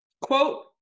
Quote